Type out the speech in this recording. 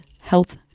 health